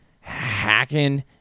hacking